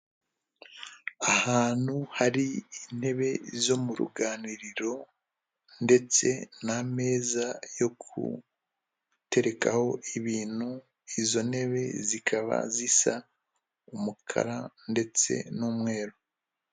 Ahantu hari intebe zo mu ruganiriro ndetse n'ameza yo guterekaho ibintu, izo ntebe zikaba zisa umukara ndetse n'umweru.